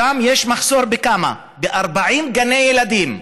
חסרים שם 40 גני ילדים,